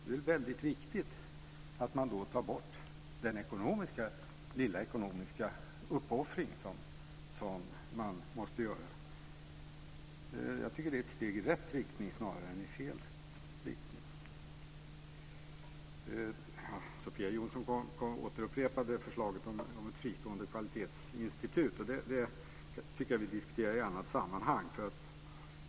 Det är viktigt att ta bort den lilla ekonomiska uppoffring som måste göras. Det är ett steg i rätt riktning snarare än i fel riktning. Sofia Jonsson återupprepade förslaget om ett fristående kvalitetsinstitut. Det ska vi diskutera i ett annat sammanhang.